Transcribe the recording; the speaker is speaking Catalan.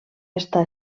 està